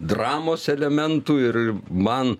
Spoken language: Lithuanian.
dramos elementų ir man